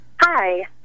Hi